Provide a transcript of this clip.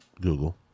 Google